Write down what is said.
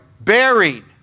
buried